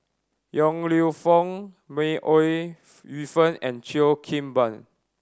Yong Lew Foong May Ooi Yu Fen and Cheo Kim Ban